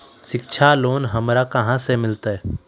शिक्षा लोन हमरा कहाँ से मिलतै?